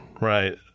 Right